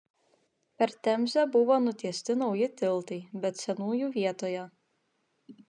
per temzę buvo nutiesti nauji tiltai bet senųjų vietoje